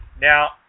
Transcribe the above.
Now